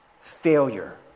Failure